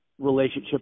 relationship